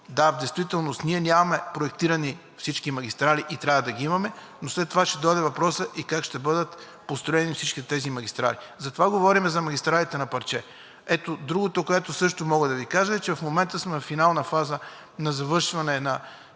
да, в действителност ние нямаме проектирани всички магистрали и трябва да ги имаме, но след това ще дойде и въпросът как ще бъдат построени всичките тези магистрали. Затова говорим за магистралите на парче. Другото, което също мога да Ви кажа, е, че в момента сме на финална фаза на завършване на